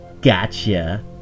Gotcha